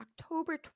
October